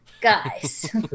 Guys